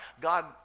God